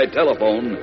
telephone